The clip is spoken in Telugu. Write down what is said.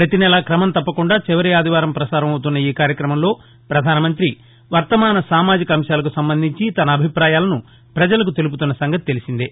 ప్రపతి నెలా క్రమం తప్పకుండా చివరి ఆదివారం పసారం అవుతున్న ఈ కార్యక్రమంలో ప్రధానమంత్రి వర్తమాన సామాజిక అంశాలకు సంబంధించి తన అభిపాయాలను ప్రజలకుతెలుపుతున్న సంగతి తెలిసిందే